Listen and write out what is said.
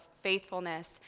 faithfulness